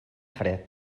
fred